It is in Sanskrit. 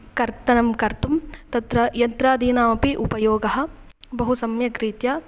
कर्तनं कर्तुं तत्र यन्त्रादीनामपि उपयोगः बहु सम्यक् रीत्या